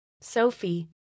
Sophie